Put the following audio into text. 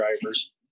drivers